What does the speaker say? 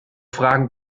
fragen